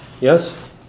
Yes